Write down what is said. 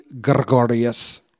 Gregorius